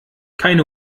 keine